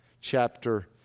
chapter